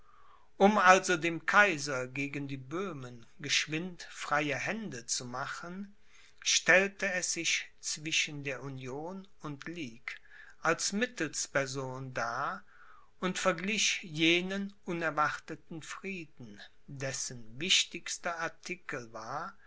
um also dem kaiser gegen die böhmen geschwind freie hände zu machen stellte es sich zwischen der union und ligue als mittelsperson dar und verglich jenen unerwarteten frieden dessen wichtigster artikel war